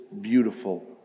beautiful